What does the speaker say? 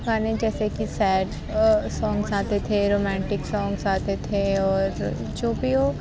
گانے جیسے کہ سیڈ سانگس آتے تھے رومانٹک سانگس آتے تھے اور جو بھی ہو